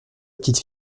petite